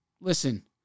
listen